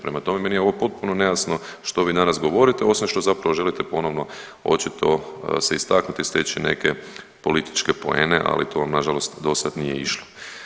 Prema tome, meni je ovo potpuno nejasno što vi danas govorite osim što zapravo želite ponovno očito se istaknuti, steći neke političke poene ali to vam na žalost do sad nije išlo.